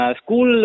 school